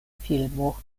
filmo